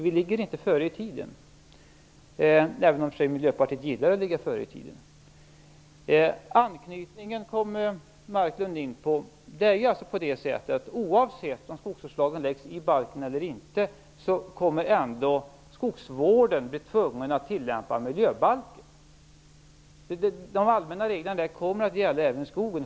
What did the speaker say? Vi ligger inte före tiden, även om Miljöpartiet i och för sig gillar att ligga före tiden. Leif Marklund kom i på anknytningen. Oavsett om skogsvårdslagen läggs i balken eller inte kommer skogsvården ändå att bli tvungen att tillämpa miljöbalken. De allmänna reglerna där kommer att gälla även skogen.